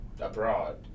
abroad